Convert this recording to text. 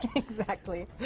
exactly.